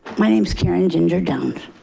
my name is karen ginger downs.